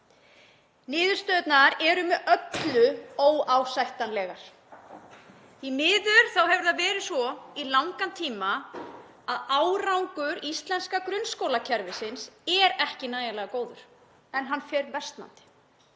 Niðurstöðurnar eru með öllu óásættanlegar. Því miður hefur það verið svo í langan tíma að árangur íslenska grunnskólakerfisins er ekki nægilega góður en hann fer versnandi.